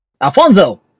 Alfonso